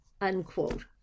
unquote